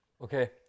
Okay